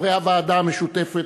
חברי הוועדה המשותפת,